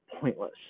pointless